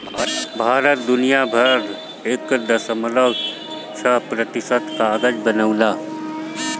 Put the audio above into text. भारत दुनिया भर कअ एक दशमलव छह प्रतिशत कागज बनावेला